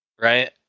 Right